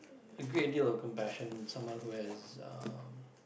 a great deal of compassion someone who has uh